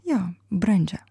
jo brandžią